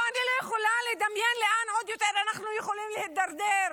אני לא יכולה לדמיין לאן עוד אנחנו יכולים להידרדר.